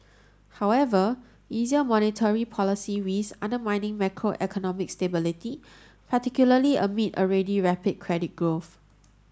however easier monetary policy risks undermining macroeconomic stability particularly amid already rapid credit growth